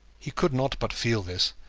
he could not but feel this,